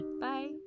Bye